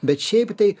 bet šiaip tai